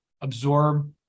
absorb